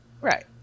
right